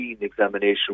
examination